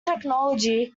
technology